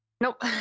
Nope